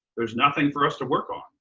there's nothing for us to work on.